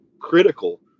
critical